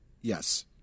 Yes